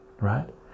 right